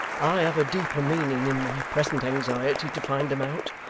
i have a deeper meaning in my present anxiety to find them out,